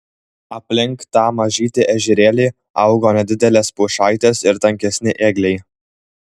aplink tą mažytį ežerėlį augo nedidelės pušaitės ir tankesni ėgliai